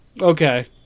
Okay